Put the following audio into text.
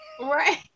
Right